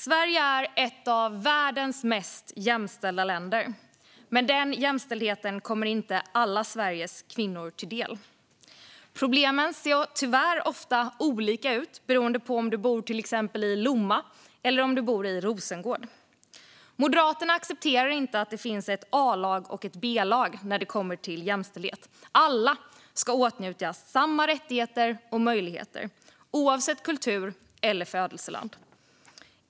Sverige är ett av världens mest jämställda länder, men denna jämställdhet kommer inte alla Sveriges kvinnor till del. Problemen ser tyvärr ofta olika ut beroende på om du bor i till exempel Lomma eller om du bor i Rosengård. Moderaterna accepterar inte att det finns ett A-lag respektive ett B-lag när det gäller jämställdhet. Alla ska åtnjuta samma rättigheter och möjligheter, oavsett kultur eller födelseland.